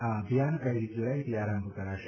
આ અભિયાન પહેલી જુલાઇથી આરંભ કરાશે